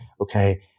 Okay